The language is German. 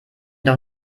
doch